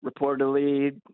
reportedly